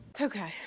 Okay